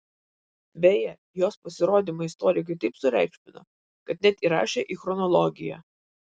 beje jos pasirodymą istorikai taip sureikšmino kad net įrašė į chronologiją